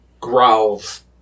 growls